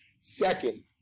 Second